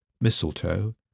mistletoe